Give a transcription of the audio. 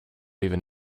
even